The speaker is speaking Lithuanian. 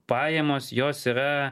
pajamos jos yra